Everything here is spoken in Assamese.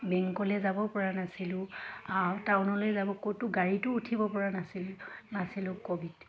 বেংকলৈ যাবপৰা নাছিলোঁ টাউনলৈ যাব ক'তো গাড়ীটো উঠিবপৰা নাছিলো নাছিলোঁ ক'ভিড